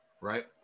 right